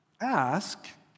Ask